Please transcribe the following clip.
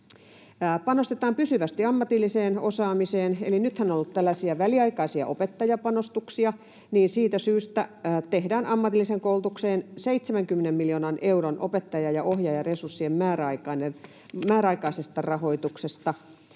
Panostetaan pysyvästi ammatilliseen osaamiseen. Eli kun nythän on ollut tällaisia väliaikaisia opettajapanostuksia, niin siitä syystä tehdään ammatillisen koulutuksen 70 miljoonan euron opettaja‑ ja ohjaajaresurssien määräaikaisesta rahoituksesta